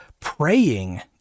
praying